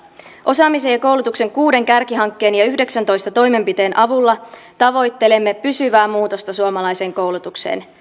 osaamisen ja koulutuksen kuuden kärkihankkeen ja yhdeksääntoista toimenpiteen avulla tavoittelemme pysyvää muutosta suomalaiseen koulutukseen